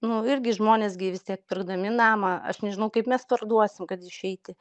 nu irgi žmonės gi vis tiek pirkdami namą aš nežinau kaip mes parduosim kad išeiti